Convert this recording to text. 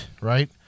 right